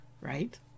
right